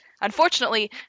Unfortunately